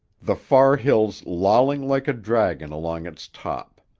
the far hills lolling like a dragon along its top.